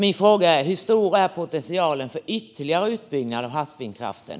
Min fråga är: Hur stor är potentialen för ytterligare utbyggnad av havsvindkraften?